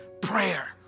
prayer